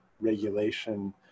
regulation